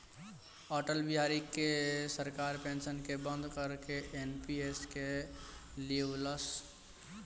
अटल बिहारी के सरकार पेंशन के बंद करके एन.पी.एस के लिअवलस